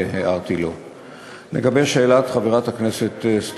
וחושבת שראוי וחייבים על המתווה הזה לדון גם בכנסת.